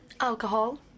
Alcohol